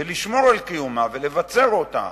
ולשמור על קיומה ולבצר אותו,